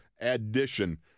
addition